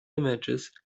images